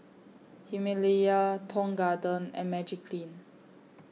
Himalaya Tong Garden and Magiclean